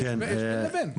יש בין לבין.